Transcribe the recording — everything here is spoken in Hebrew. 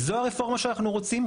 זו הרפורמה שאנחנו רוצים?